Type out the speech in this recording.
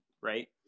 right